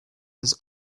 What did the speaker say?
his